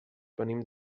venim